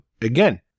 again